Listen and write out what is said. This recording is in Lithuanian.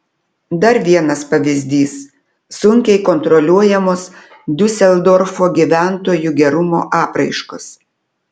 dar vienas pavyzdys sunkiai kontroliuojamos diuseldorfo gyventojų gerumo apraiškos